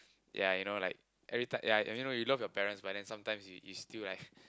yea you know like every time yea I mean you know you love at your parents but then sometimes you you still like